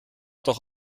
doch